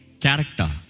character